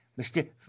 Mr